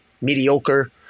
mediocre